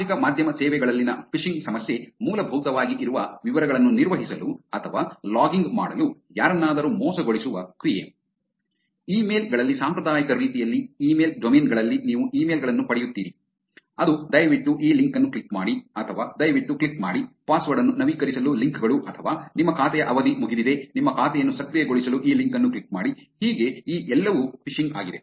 ಸಾಮಾಜಿಕ ಮಾಧ್ಯಮ ಸೇವೆಗಳಲ್ಲಿನ ಫಿಶಿಂಗ್ ಸಮಸ್ಯೆ ಮೂಲಭೂತವಾಗಿ ಇರುವ ವಿವರಗಳನ್ನು ನಿರ್ವಹಿಸಲು ಅಥವಾ ಲಾಗಿಂಗ್ ಮಾಡಲು ಯಾರನ್ನಾದರೂ ಮೋಸಗೊಳಿಸುವ ಕ್ರಿಯೆ ಇಮೇಲ್ ಗಳಲ್ಲಿ ಸಾಂಪ್ರದಾಯಿಕ ರೀತಿಯಲ್ಲಿ ಇಮೇಲ್ ಡೊಮೇನ್ ಗಳಲ್ಲಿ ನೀವು ಇಮೇಲ್ ಗಳನ್ನು ಪಡೆಯುತ್ತೀರಿ ಅದು ದಯವಿಟ್ಟು ಈ ಲಿಂಕ್ ಅನ್ನು ಕ್ಲಿಕ್ ಮಾಡಿ ಅಥವಾ ದಯವಿಟ್ಟು ಕ್ಲಿಕ್ ಮಾಡಿ ಪಾಸ್ವರ್ಡ್ ಅನ್ನು ನವೀಕರಿಸಲು ಲಿಂಕ್ ಗಳು ಅಥವಾ ನಿಮ್ಮ ಖಾತೆಯ ಅವಧಿ ಮುಗಿದಿದೆ ನಿಮ್ಮ ಖಾತೆಯನ್ನು ಸಕ್ರಿಯಗೊಳಿಸಲು ಈ ಲಿಂಕ್ ಅನ್ನು ಕ್ಲಿಕ್ ಮಾಡಿ ಹೀಗೆ ಈ ಎಲ್ಲವು ಫಿಶಿಂಗ್ ಆಗಿದೆ